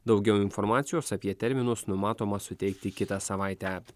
daugiau informacijos apie terminus numatoma suteikti kitą savaitę